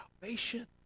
salvation